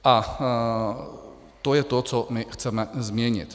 A to je to, co my chceme změnit.